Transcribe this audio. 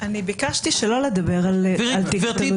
אני ביקשתי שלא לדבר על תיק תלוי ועומד.